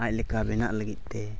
ᱟᱡ ᱞᱮᱠᱟ ᱵᱮᱱᱟᱜ ᱞᱟᱹᱜᱤᱫ ᱛᱮ